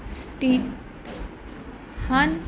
ਸਥਿਤ ਹਨ